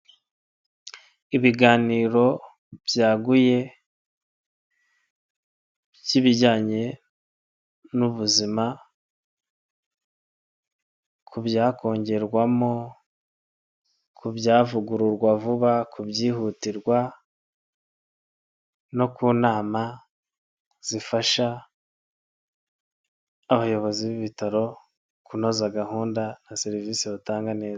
Ibiganiro byaguye by'ibijyanye n'ubuzima ku byakongerwamo, ku byavugururwa vuba, ku byihutirwa, no ku nama zifasha abayobozi b'ibitaro kunoza gahunda na serivisi batanga neza.